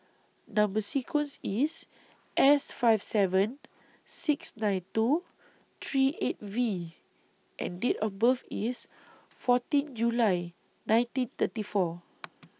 Number sequence IS S five seven six nine two three eight V and Date of birth IS fourteen July nineteen thirty four